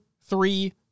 three